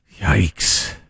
Yikes